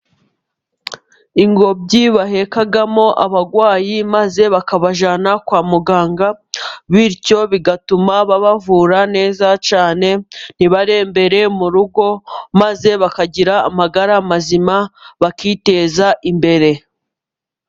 Ingobyi bahekamo abagwayi, maze bakabajyana kwa muganga, bityo bigatuma babavura neza cyane, ntibarembere mu rugo, maze bakagira amagara mazima, bakiteza imbere.